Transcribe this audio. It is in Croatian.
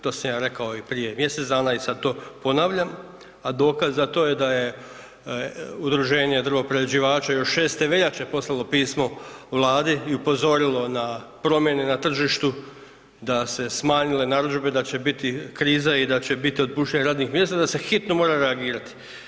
To sam ja rekao i prije mjesec dana i sada to ponavljam, a dokaz za to da je Udruženje drvoprerađivača još 6.veljače poslalo pismo Vladi i upozorilo na promjene na tržištu da su se smanjile narudžbe, da će biti kriza i da će biti otpuštanja radnih mjesta da se hitno mora reagirati.